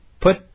put